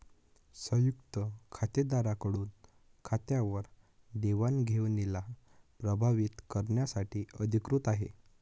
संयुक्त खातेदारा कडून खात्यावर देवाणघेवणीला प्रभावीत करण्यासाठी अधिकृत आहे